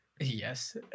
yes